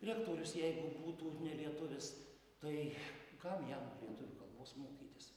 rektorius jeigu būtų nelietuvis tai kam jam lietuvių kalbos mokytis